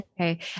Okay